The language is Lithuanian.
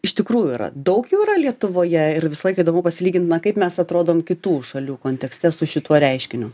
iš tikrųjų yra daug jų yra lietuvoje ir visą laiką įdomu pasilygint na kaip mes atrodom kitų šalių kontekste su šituo reiškiniu